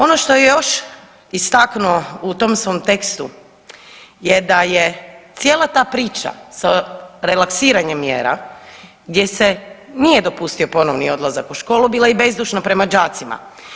Ono što je još istaknuo u tom svom tekstu je da je cijela ta priča sa relaksiranjem mjera gdje se nije dopustio ponovni odlazak u školu bila bezdušna i prema đacima.